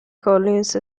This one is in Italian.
collins